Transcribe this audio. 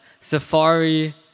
safari